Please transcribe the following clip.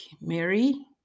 Mary